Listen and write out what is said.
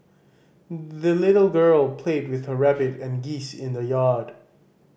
the little girl played with her rabbit and geese in the yard